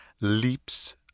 Leaps